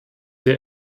der